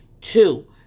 Two